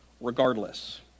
regardless